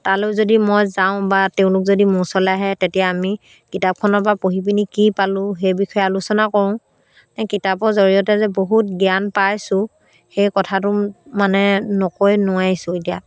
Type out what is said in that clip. তালৈ যদি মই যাওঁ বা তেওঁলোক যদি মোৰ ওচৰলৈ আহে তেতিয়া আমি কিতাপখনৰপৰা পঢ়ি পিনি কি পালোঁ সেই বিষয়ে আলোচনা কৰোঁ এই কিতাপৰ জৰিয়তে যে বহুত জ্ঞান পাইছোঁ সেই কথাটো মানে নকৈ নোৱাৰিছোঁ এতিয়া